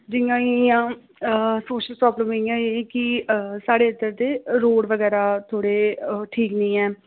जि'यां कि आई गेइयां सोशल प्रॉब्लम कि साढ़े जेह्ड़े रोड़ बगैरा रोड़ ठीक निं है'न